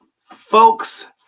Folks